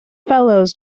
fellows